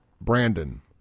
Brandon